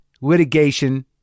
litigation